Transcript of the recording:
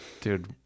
Dude